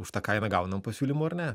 už tą kainą gaunam pasiūlymų ar ne